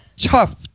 Tough